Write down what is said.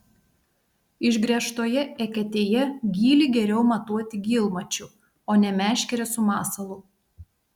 išgręžtoje eketėje gylį geriau matuoti gylmačiu o ne meškere su masalu